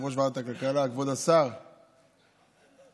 ועדת הכלכלה, כבוד השר, האמת,